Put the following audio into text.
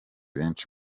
benshi